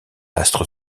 astre